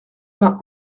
vingt